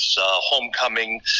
homecoming